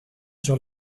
sur